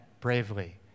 bravely